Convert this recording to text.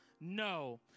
No